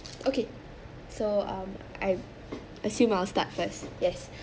okay so um I assume I'll start first yes